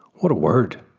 what a word.